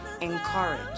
encourage